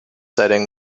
setting